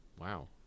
Wow